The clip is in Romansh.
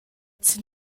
sin